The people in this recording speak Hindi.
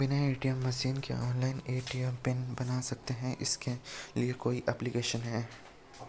बिना ए.टी.एम मशीन के ऑनलाइन ए.टी.एम पिन बन सकता है इसके लिए कोई ऐप्लिकेशन है?